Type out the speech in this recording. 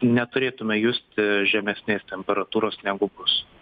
neturėtume justi žemesnės temperatūros negu bus